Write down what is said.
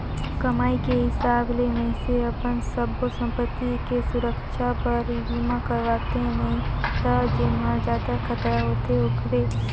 कमाई के हिसाब ले मइनसे अपन सब्बो संपति के सुरक्छा बर बीमा करवाथें नई त जेम्हे जादा खतरा होथे ओखरे